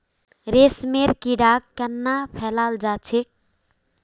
रेशमेर कीड़ाक केनना पलाल जा छेक